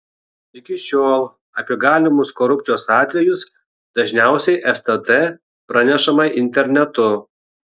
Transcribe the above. iki šiol apie galimus korupcijos atvejus dažniausiai stt pranešama internetu